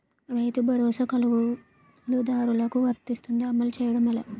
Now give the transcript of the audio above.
రైతు భరోసా కవులుదారులకు వర్తిస్తుందా? అమలు చేయడం ఎలా